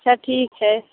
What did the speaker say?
अच्छा ठीक है